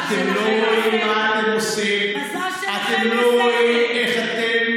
מזל שלכם יש שכל.